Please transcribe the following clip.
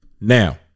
Now